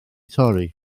torri